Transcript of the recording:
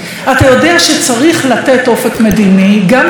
אתה יודע שצריך לתת אופק מדיני גם להם,